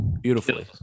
Beautifully